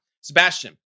Sebastian